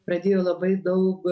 pradėjo labai daug